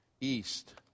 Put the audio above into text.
east